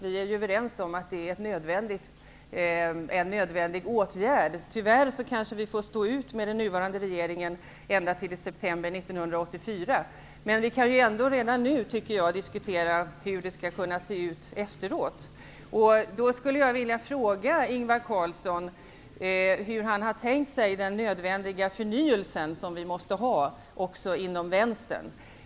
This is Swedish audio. Vi är ju överens om att det är en nödvändig åtgärd. Tyvärr får vi kanske stå ut med den nuvarande regeringen ända till september 1994. Vi kan ändå redan nu diskutera hur det kan se ut efteråt. Hur har Ingvar Carlsson tänkt sig den nödvändiga förnyelse som måste ske också inom vänstern?